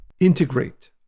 integrate